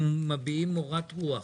אנחנו מביעים מורת רוח